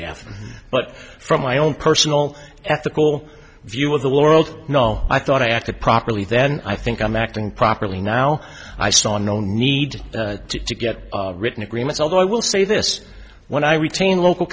have but from my own personal ethical view of the world no i thought i acted properly then i think i'm acting properly now i saw no need to get written agreements although i will say this when i retain local